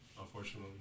Unfortunately